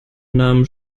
namen